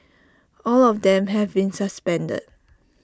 all of them have been suspended